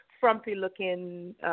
frumpy-looking